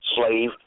slave